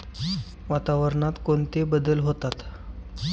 वातावरणात कोणते बदल होतात?